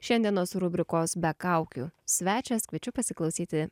šiandienos rubrikos be kaukių svečias kviečiu pasiklausyti